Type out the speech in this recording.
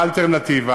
מה האלטרנטיבה?